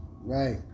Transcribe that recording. right